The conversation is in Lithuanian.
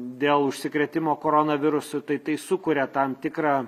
dėl užsikrėtimo koronavirusu tai tai sukuria tam tikrą